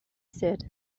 said